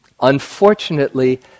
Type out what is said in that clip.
Unfortunately